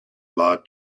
large